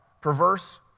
perverse